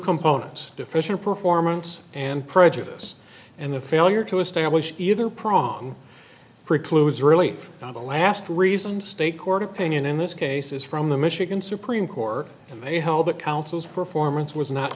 components deficient performance and prejudice and the failure to establish either prong precludes really not the last reason state court opinion in this case is from the michigan supreme court and they held that counsel's performance was not